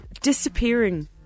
disappearing